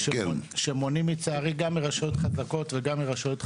שמונעים לצערי גם מרשויות חזקות וגם מרשויות חלשות.